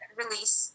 release